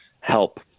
help